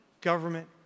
government